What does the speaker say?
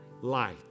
Light